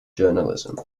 journalism